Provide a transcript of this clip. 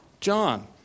John